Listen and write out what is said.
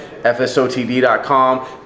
fsotd.com